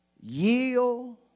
yield